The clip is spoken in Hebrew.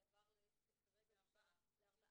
זה עבר כרגע ל-4 מיליון ל-2018.